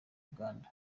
uganda